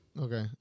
Okay